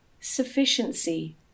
sufficiency